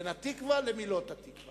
בין "התקווה" לבין מילות "התקווה".